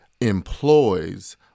employs